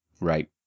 right